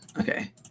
Okay